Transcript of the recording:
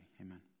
Amen